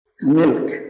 milk